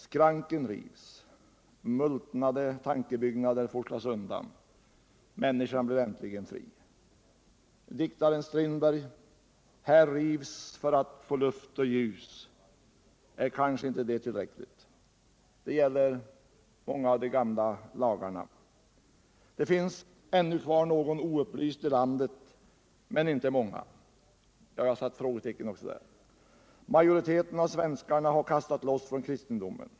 Skrankerna rivs, multnade tankebyggnader forslas undan. Människan blir äntligen fri. Diktaren Strindbergs ord ”Här rivs för att få luft och ljus; är kanske inte det tillräckligt?” gäller många av de gamla lagarna. Det finns ännu kvar någon oupplyst i landet men inte många. Har majoriteten av svenskarna kastat loss från kristendomen?